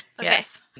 yes